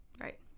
Right